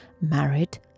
married